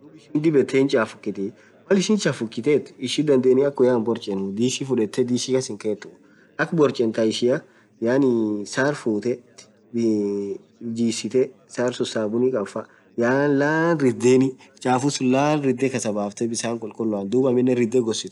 dhub ishin dhib yethee chafukithi Mal ishin chafukithethu ishin dhandheni akha woya hin borchenu ishi fudhethe dhishi kas hinkhethu akha borchenn Kaa ishia yaani sarr futhee jisithe sarr sunn sabuni kabbfaaa laaan laaan ridheni chafu suun laaan ridhe kasabafte bisan khulkhuloan dhub aminen ridhee ghositha